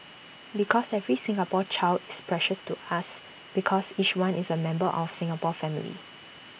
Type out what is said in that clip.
because every Singapore child is precious to us because each one is the member of Singapore family